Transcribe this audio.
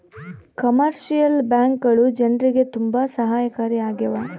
commercial ಬ್ಯಾಂಕ್ಗಳು ಜನ್ರಿಗೆ ತುಂಬಾ ಸಹಾಯಕಾರಿ ಆಗ್ಯಾವ